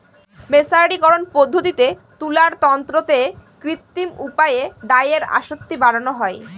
মের্সারিকরন পদ্ধতিতে তুলার তন্তুতে কৃত্রিম উপায়ে ডাইয়ের আসক্তি বাড়ানো হয়